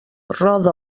roda